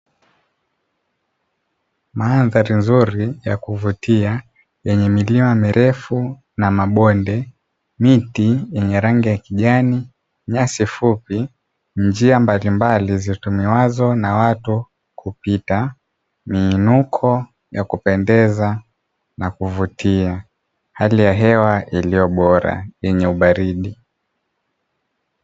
Mandhari nzuri ya kuvutia, yenye milima mirefu na mabonde, miti yenye rangi ya kijani, nyasi fupi, njia mbalimbali zitumiwazo na watu kupita, miinuko yakupendeza na kuvutia, hali ya hewa iliyobora yenye ubaridi.